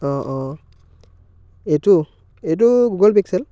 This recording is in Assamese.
অ' অ' এইটো এইটো গুগল পিক্সেল